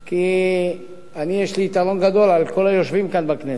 כי יש לי יתרון גדול על כל היושבים כאן בכנסת.